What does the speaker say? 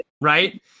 right